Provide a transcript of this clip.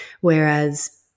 whereas